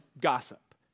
gossip